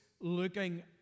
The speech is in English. looking